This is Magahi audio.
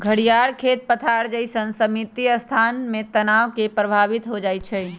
घरियार खेत पथार जइसन्न सीमित स्थान में तनाव से प्रभावित हो जाइ छइ